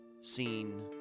seen